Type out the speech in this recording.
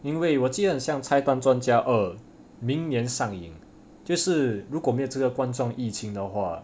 因为我记得好像拆弹专专家二明年上映就是如果没有这个观众疫情的话